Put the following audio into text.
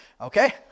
Okay